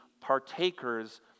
partakers